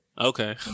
Okay